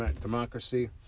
democracy